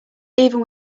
even